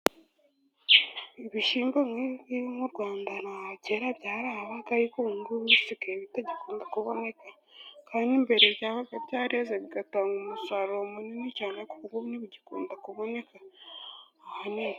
Ibishyimbo nk'ibi ngibi mu Rwanda na kera byarahabaga, ariko ubu ngubu bisigaye bitagikunda kuboneka, kandi mbere byabaga byareze bigatanga umusaruro munini cyane. Ariko ubu ngubu ntibigikunda kuboneka ahanini.